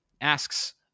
asks